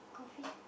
coffee